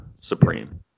supreme